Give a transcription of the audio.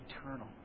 eternal